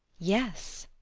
yes.